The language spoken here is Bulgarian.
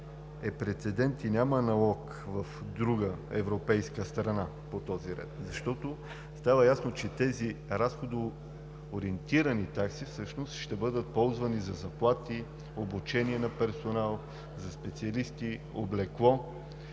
е прецедент. Няма аналог в друга европейска страна по този ред, защото стана ясно, че тези разходоориентирани такси всъщност ще бъдат ползвани за заплати, обучение на персонал, за специалисти, облекло,